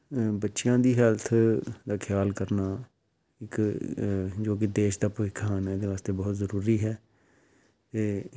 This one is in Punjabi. ਅ ਬੱਚਿਆਂ ਦੀ ਹੈਲਥ ਦਾ ਖਿਆਲ ਕਰਨਾ ਇੱਕ ਜੋ ਕਿ ਦੇਸ਼ ਦਾ ਭਵਿੱਖ ਖਾਨ ਇਹਦੇ ਵਾਸਤੇ ਬਹੁਤ ਜ਼ਰੂਰੀ ਹੈ ਇਹ